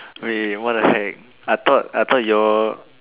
wait what the heck I thought I thought your